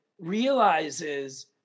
realizes